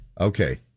okay